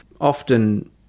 Often